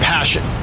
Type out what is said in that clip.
Passion